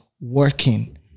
working